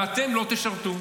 ואתם לא תשרתו.